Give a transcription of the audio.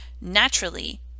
naturally